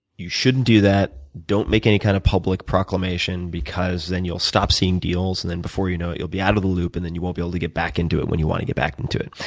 you shouldn't do that. don't make any kind of public proclamation because then you'll stop seeing deals and, before you know it, you'll be out of the loop and then you won't be able to get back into it when you want to get back into it.